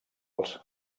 alts